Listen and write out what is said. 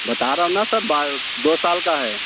बता रहा हूँ ना सर दो साल की है